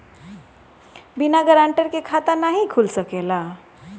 बिना गारंटर के खाता नाहीं खुल सकेला?